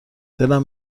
دلم